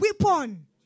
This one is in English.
weapon